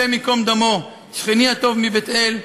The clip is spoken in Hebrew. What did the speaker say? השם ייקום דמו, שכני הטוב מבית-אל.